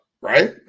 right